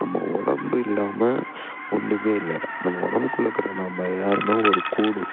நம்ம உடம்பு இல்லாமல் ஒன்றுமே இல்லை நம்ம உடம்புக்குள்ள இருக்குற நம்ம யாருன்னால் ஒரு கூடு